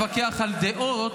על דעות,